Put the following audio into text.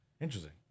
Interesting